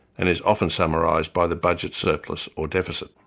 and is often summarised by the budget surplus or deficit.